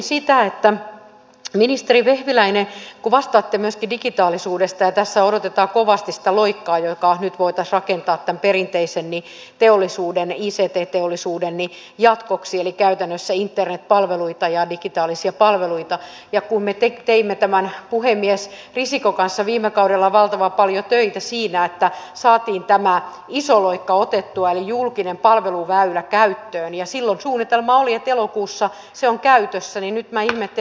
ministeri vehviläinen kun vastaatte myöskin digitaalisuudesta ja tässä odotetaan kovasti sitä loikkaa joka nyt voitaisiin rakentaa tämän perinteisen ict teollisuuden jatkoksi eli käytännössä internetpalveluita ja digitaalisia palveluita ja kun me teimme puhemies risikon kanssa viime kaudella valtavan paljon töitä että saimme tämän ison loikan otettua eli julkisen palveluväylän käyttöön ja silloin suunnitelma oli että elokuussa se on käytössä niin nyt ihmettelen